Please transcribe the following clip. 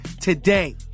today